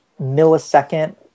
millisecond